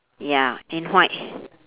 ya in white